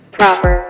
proper